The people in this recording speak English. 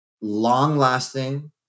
long-lasting